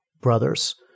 brothers